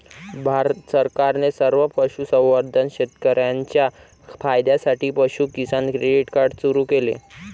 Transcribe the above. भारत सरकारने सर्व पशुसंवर्धन शेतकर्यांच्या फायद्यासाठी पशु किसान क्रेडिट कार्ड सुरू केले